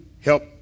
help